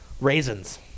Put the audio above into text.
Raisins